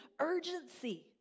urgency